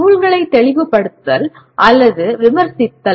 நூல்களை தெளிவுபடுத்துதல் அல்லது விமர்சித்தல்